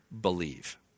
believe